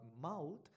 mouth